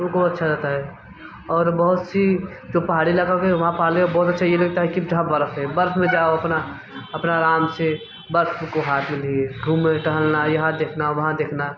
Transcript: उनको अच्छा रहता है और बहुत से जो पहाड़ी इलाक़ा हो गए वहाँ पानी और बहुत अच्छा ये लगता है कि जहाँ बर्फ़ है बर्फ़ में जाओ अपना अपना आराम से बर्फ़ को हाथ में लिए घूमें टहलना यहाँ देखना वहाँ देखना